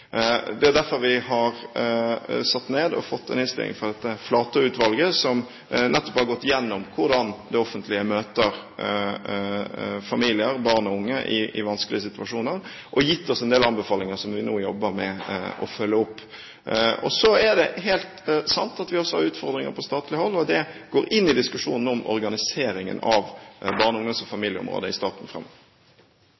Det er derfor vi har satt ned og fått en innstilling fra Flatø-utvalget, som nettopp har gått gjennom hvordan det offentlige møter familier, barn og unge i vanskelige situasjoner, og gitt oss en del anbefalinger som vi nå jobber med å følge opp. Så er det helt sant at vi også har utfordringer på statlig hold, og det går inn i diskusjonen om organiseringen av barne-, ungdoms- og